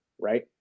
right